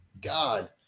god